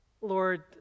Lord